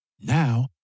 Now